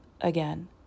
again